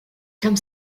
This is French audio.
comme